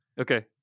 Okay